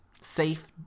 safe